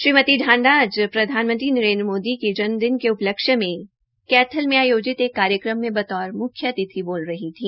श्रीमती ढांडा आज प्रधानमंत्री नरेन्द्र मोदी के जन्मदिन के उपलक्ष्य में कैथल में आयोजित एक कार्यक्रम में बतौर म्ख्यातिथि बोल रही थी